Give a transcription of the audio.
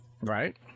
Right